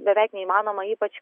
beveik neįmanoma ypač